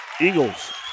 Eagles